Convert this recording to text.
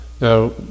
Now